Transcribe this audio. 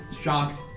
shocked